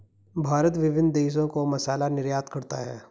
भारत विभिन्न देशों को मसाला निर्यात करता है